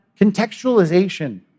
contextualization